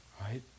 Right